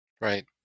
Right